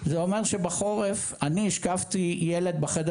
זה אומר שבחורף אני השכבתי ילד בחדר